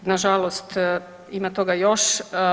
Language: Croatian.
Nažalost ima toga još.